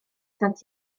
sant